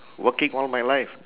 working all my life